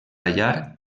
llar